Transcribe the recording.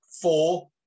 four